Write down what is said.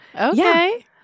Okay